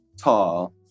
tall